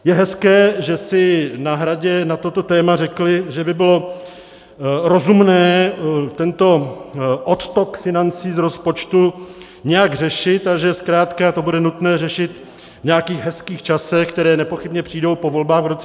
Je hezké, že si na Hradě na toto téma řekli, že by bylo rozumné tento odtok financí z rozpočtu nějak řešit a že zkrátka to bude nutné řešit v nějakých hezkých časech, které nepochybně přijdou po volbách v roce 2021.